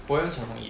poem 比较容易